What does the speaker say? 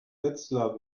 wetzlar